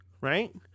right